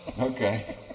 Okay